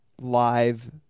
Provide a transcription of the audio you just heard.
live